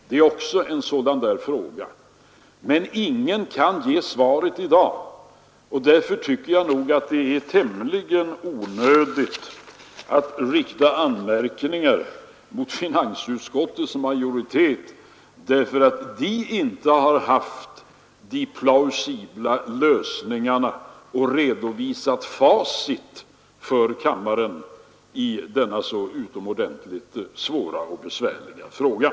Det är också en fråga som ingen kan ge svar på i dag. Därför tycker jag nog att det är tämligen onödigt att rikta anmärkningar mot finansutskottets majoritet för att den inte påvisat de plausibla lösningarna och redovisat facit för kammaren i dessa utomordentligt besvärliga frågor.